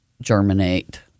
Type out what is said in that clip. germinate